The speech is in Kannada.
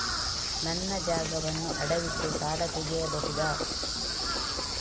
ನನ್ನ ಜಾಗವನ್ನು ಅಡವಿಟ್ಟು ಸಾಲ ತೆಗೆಯಬಹುದ?